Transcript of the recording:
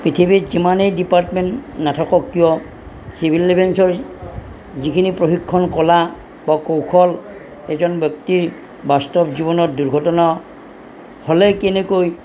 পৃথিৱীত যিমানেই ডিপাৰ্টমেণ্ট নাথাকক কিয় চিভিল ডিফেঞ্চৰ যিখিনি প্ৰশিক্ষণ কলা বা কৌশল এজন ব্যক্তিয়ে বাস্তৱ জীৱনত দুৰ্ঘটনা হ'লে কেনেকৈ